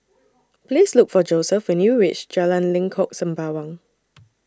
Please Look For Joseph when YOU REACH Jalan Lengkok Sembawang